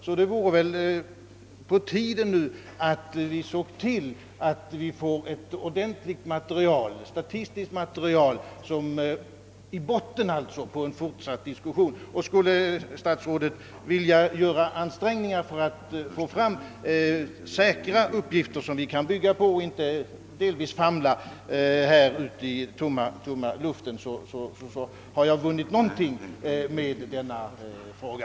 Därför är det på tiden att vi ser till att vi får ett ordentligt statistiskt material som grund för den fortsatta diskussionen. Och skulle statsrådet vilja göra ansträngningar för att få fram säkra uppgifter som vi kan bygga på, så att vi alltså inte behöver famla i tomma intet, har jag ändå vunnit någonting med min fråga.